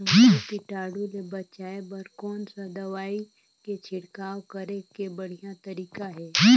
महू कीटाणु ले बचाय बर कोन सा दवाई के छिड़काव करे के बढ़िया तरीका हे?